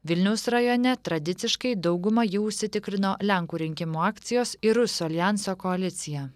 vilniaus rajone tradiciškai daugumą jau užsitikrino lenkų rinkimų akcijos ir rusų aljanso koalicija